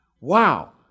Wow